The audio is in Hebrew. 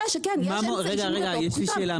צריך לדבר גם על זה -- רגע יש לי שאלה,